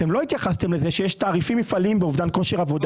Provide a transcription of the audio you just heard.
אתם לא התייחסתם לזה שיש תעריפים מפעליים באובדן כושר עבודה.